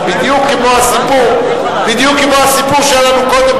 זה בדיוק כמו הסיפור שהיה לנו קודם,